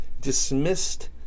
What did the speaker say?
dismissed